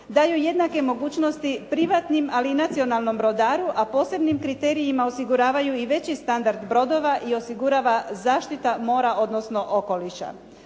daju jednake mogućnosti privatnim, ali i nacionalnom brodaru, a posebnim kriterijima osiguravaju i veći standard brodova i osigurava zaštita mora, odnosno okoliša.